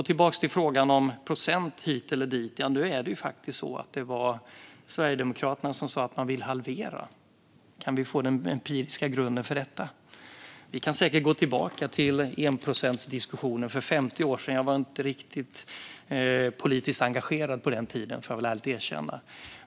Tillbaka till frågan om procent hit eller dit. Det var faktiskt Sverigedemokraterna som sa att man vill halvera. Kan vi få den empiriska grunden för detta? Vi kan säkert gå tillbaka till enprocentsdiskussionen. För 50 år sedan var jag inte riktigt politiskt engagerad, får jag ärligt erkänna.